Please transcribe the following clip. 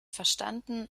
verstanden